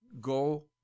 go